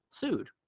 sued